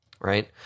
Right